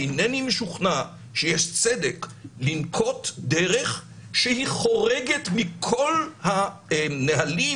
אינני משוכנע שיש צדק לנקוט דרך שהיא חורגת מכל הנהלים,